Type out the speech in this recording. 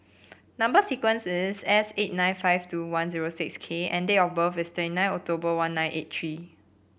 number sequence is S eight nine five two one zero six K and date of birth is twenty nine October one nine eight three